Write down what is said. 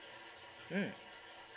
mm